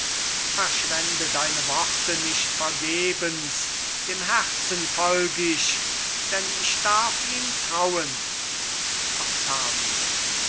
verschwende deine worte nicht vergebens dem herzen folg ich denn ich darf ihm trauen